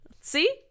See